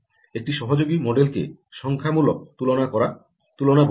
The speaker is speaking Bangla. একটি সহযোগী মডেলকে সংখ্যামূলক তুলনা বলা হয়